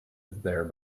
there